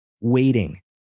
waiting